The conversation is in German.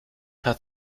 hat